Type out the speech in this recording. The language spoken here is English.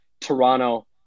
Toronto-